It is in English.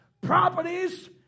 properties